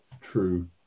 true